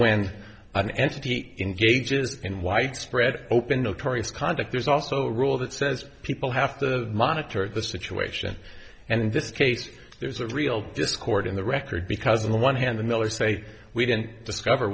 when an entity engages in widespread open notorious conduct there's also a rule that says people have to monitor the situation and in this case there's a real discord in the record because in the one hand the millers say we didn't discover